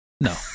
No